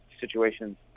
Situations